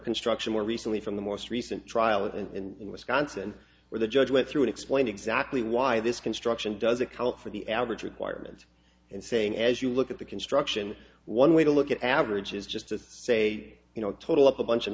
construction more recently from the most recent trial in wisconsin where the judge went through it explained exactly why this construction does a cult for the average requirement and saying as you look at the construction one way to look at averages just say you know total up a bunch of